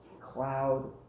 cloud